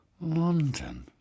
London